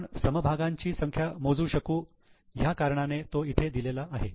आपण समभागांची संख्या मोजू शकू या कारणाने तो इथे दिलेला आहे